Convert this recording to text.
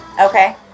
Okay